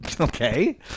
Okay